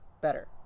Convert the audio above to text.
Better